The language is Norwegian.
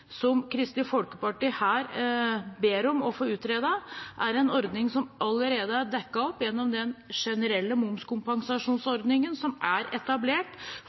som Kristelig Folkeparti her ber om å få utredet, er en ordning som allerede er dekket opp gjennom den generelle momskompensasjonsordningen som er etablert